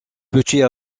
petit